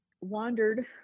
wandered